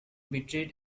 betrayed